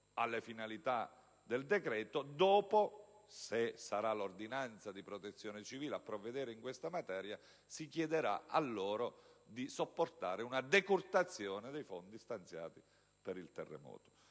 alle finalità del decreto; dopo, se sarà l'ordinanza di protezione civile a provvedere in materia, si chiederà loro di sopportare una decurtazione dei fondi stanziati per il terremoto.